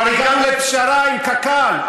כבר הגענו לפשרה עם קק"ל.